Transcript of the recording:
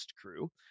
crew